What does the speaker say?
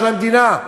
של המדינה.